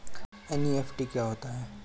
NEFT क्या होता है?